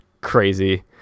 crazy